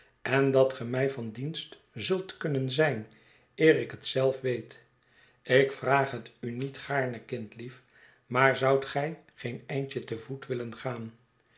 en dat ge mij van dienst zult kunnen zijn eer ik het zelf weet ik vraag het u niet gaarne kindlief maar zoudt gij geen eindje te voet willen gaan